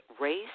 race